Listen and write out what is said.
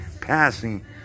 passing